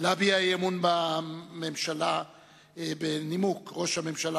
להביע אי-אמון בממשלה בנימוק: ראש הממשלה